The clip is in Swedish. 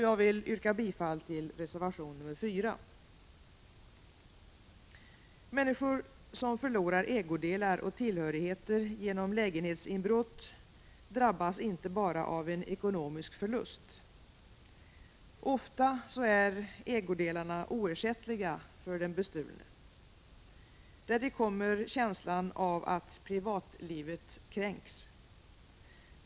Jag vill yrka bifall till reservation nr 4. Människor som förlorar ägodelar och tillhörigheter genom lägenhetsinbrott drabbas inte bara av en ekonomisk förlust. Ofta är ägodelarna oersättliga för den bestulne. Därtill kommer känslan av att privatlivet kränks.